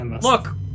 Look